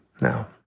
now